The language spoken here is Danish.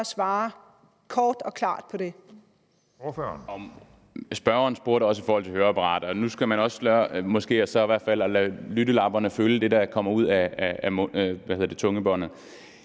bare svare kort og klart på det?